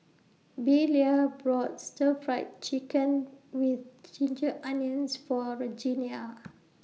Belia bought Stir Fry Chicken with Ginger Onions For Regenia